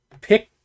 Pick